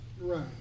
Right